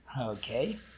Okay